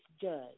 judge